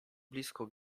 blisko